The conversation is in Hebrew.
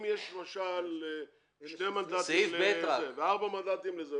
אם יש למשל שני מנדטים לזה וארבעה מנדטים לזה,